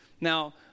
Now